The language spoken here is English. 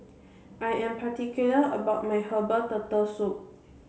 I am particular about my herbal turtle soup